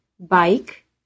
Bike